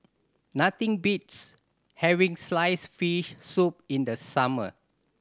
nothing beats having slice fish soup in the summer